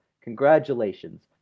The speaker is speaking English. Congratulations